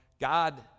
God